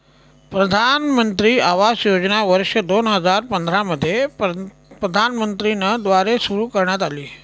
प्रधानमंत्री आवास योजना वर्ष दोन हजार पंधरा मध्ये प्रधानमंत्री न द्वारे सुरू करण्यात आली